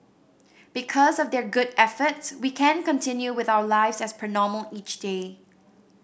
because of their good efforts we can continue with our lives as per normal each day